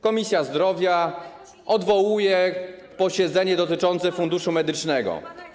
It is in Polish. Komisja Zdrowia odwołuje posiedzenie dotyczące Funduszu Medycznego.